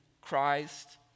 Christ